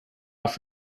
off